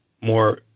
more